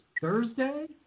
Thursday